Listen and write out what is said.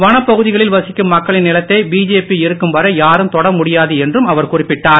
வனப் பகுதிகளில் வசிக்கும் மக்களின் நிலத்தை பிஜேபி இருக்கும் வரை யாரும் தொட முடியாது என்றும் அவர் குறிப்பிட்டார்